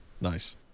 Nice